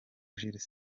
jules